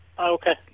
Okay